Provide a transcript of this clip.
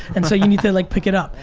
and so you need to like pick it up.